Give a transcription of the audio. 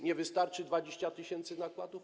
Nie wystarczy 20 tys. nakładu?